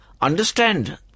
understand